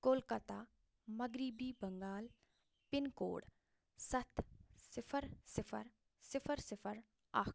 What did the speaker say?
کولکتہ مغربی Bengal pin code ستھ صفر صفر صفر صفر اکھ